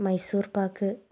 Mysore pak